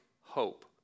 hope